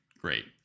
great